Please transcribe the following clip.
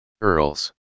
earls